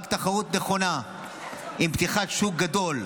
רק תחרות נכונה עם פתיחת שוק גדול,